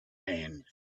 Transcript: hand